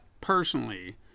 personally